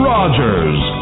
Rogers